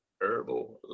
Herbal